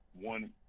one –